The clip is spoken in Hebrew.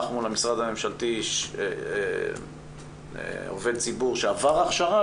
מול המשרד הממשלתי וציבור שעבר הכשרה,